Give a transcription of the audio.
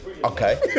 Okay